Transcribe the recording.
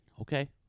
Okay